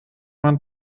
man